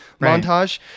montage